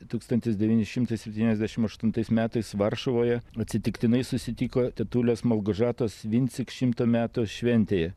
tūkstantis devyni šimtai septyniasdešim aštuntais metais varšuvoje atsitiktinai susitiko tetulės malgožatos vinsik šimto metų šventėje